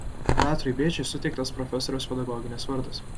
petrui bėčiui suteiktas profesoriaus pedagoginis vardas